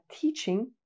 teaching